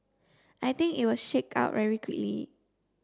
I think it will shake out very quickly